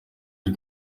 ari